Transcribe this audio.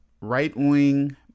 right-wing